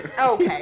Okay